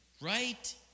right